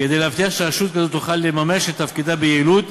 כדי להבטיח שרשות כזו תוכל לממש את תפקידיה ביעילות,